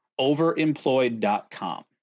overemployed.com